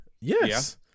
Yes